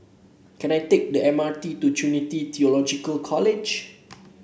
can I take the M R T to Trinity Theological College